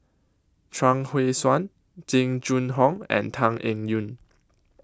Chuang Hui Tsuan Jing Jun Hong and Tan Eng Yoon